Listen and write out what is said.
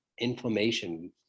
inflammation